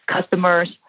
customers